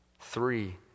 three